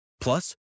Plus